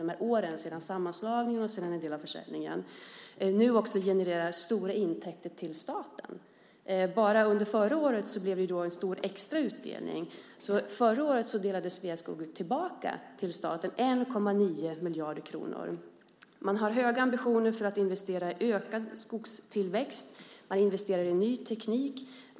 De har gjort stora omstruktureringar under de här åren sedan sammanslagningen och sedan en del av försäljningen. Bara under förra året blev det en stor extra utdelning. Förra året gav Sveaskog 1,9 miljarder kronor tillbaka till staten. Man har höga ambitioner för att investera i ökad skogstillväxt. Man investerar i ny teknik.